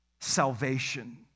Salvation